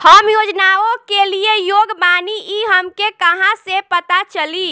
हम योजनाओ के लिए योग्य बानी ई हमके कहाँसे पता चली?